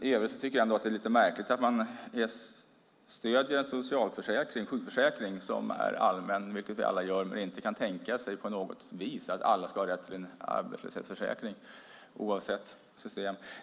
I övrigt tycker jag ändå att det är lite märkligt att man stöder en sjukförsäkring som är allmän, vilket vi alla gör, men inte kan tänka sig på något vis att alla ska ha rätt till en arbetslöshetsförsäkring oavsett system.